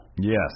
Yes